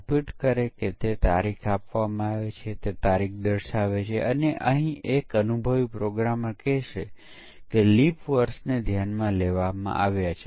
unit પરીક્ષણ પછી એકીકરણ પરીક્ષણ કરવામાં આવે છે અને આપણે તપાસ કરીએ છીએ કે શું યુનિટ સંકલન કર્યા પછી તેઓ સાથે મળીને સારી રીતે કાર્ય કરી રહ્યા છે